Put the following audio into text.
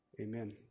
amen